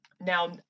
now